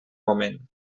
moment